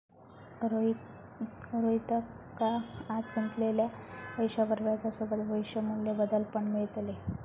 रोहितका आज गुंतवलेल्या पैशावर व्याजसोबत भविष्य मू्ल्य बदल पण मिळतले